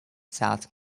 south